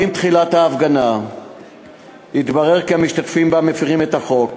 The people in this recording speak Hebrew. כבר עם תחילת ההפגנה התברר כי המשתתפים בה מפרים את החוק